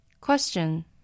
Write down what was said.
Question